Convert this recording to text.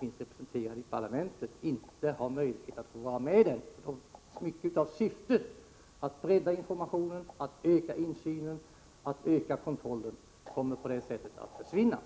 inte alla partierna har möjlighet att få vara med. Mycket av syftet att bredda informationen, att öka insynen och att öka kontrollen kommer på det sättet inte att uppnås.